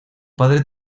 padre